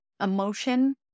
emotion